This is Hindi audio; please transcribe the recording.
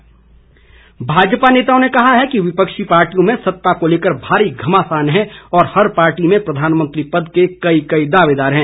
बयान भाजपा भाजपा नेताओं ने कहा है कि विपक्षी पार्टियों में सत्ता को लेकर भारी घमासान है और हर पार्टी में प्रधानमंत्री पद के कई कई दावेदार है